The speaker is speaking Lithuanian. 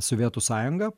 sovietų sąjunga